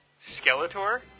Skeletor